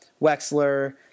Wexler